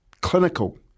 clinical